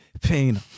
pain